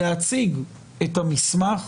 להציג את המסמך.